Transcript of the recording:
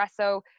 espresso